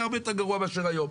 היה הרבה יותר גרוע מאשר היום.